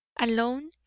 alone